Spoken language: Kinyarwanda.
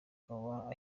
akaba